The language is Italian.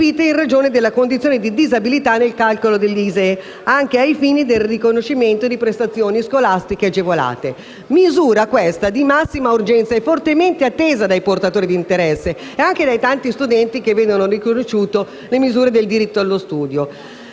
in ragione della condizione di disabilità nel calcolo dell'ISEE, anche ai fini del riconoscimento di prestazioni scolastiche agevolate. È una misura, questa, di massima urgenza e fortemente attesa dai portatori di interesse, nonché da tanti studenti che vedono riconosciuto il diritto allo studio.